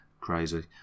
Crazy